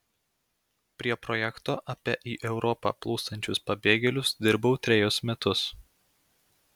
prie projekto apie į europą plūstančius pabėgėlius dirbau trejus metus